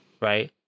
Right